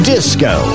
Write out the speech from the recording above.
Disco